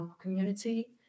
community